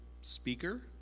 speaker